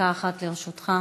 דקה אחת לרשותך.